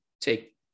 take